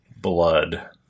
blood